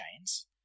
chains